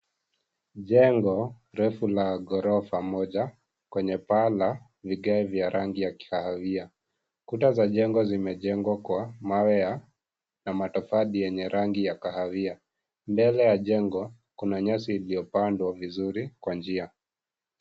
Jengo refu la ghorofa moja kwenye paa la vigae vya rangi ya kikahawia. Kuta za jengo zimejengwa kwa mawe na matofali yenye rangi ya kahawia. Mbele ya jengo kuna nyasi iliyopandwa vizuri kwa njia.